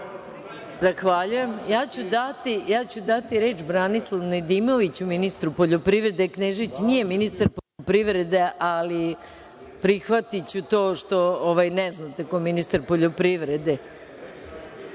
**Maja Gojković** Daću reč Branislavu Nedimoviću, ministru poljoprivrede. Knežević nije ministar poljoprivrede, ali prihvatiću to što ne znate ko je ministar poljoprivrede. Reč